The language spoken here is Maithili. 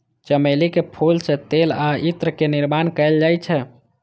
चमेली के फूल सं तेल आ इत्र के निर्माण कैल जाइ छै